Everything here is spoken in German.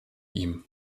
ihm